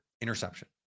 Interception